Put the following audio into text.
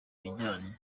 bijyanye